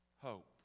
hope